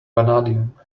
vanadium